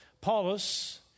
Paulus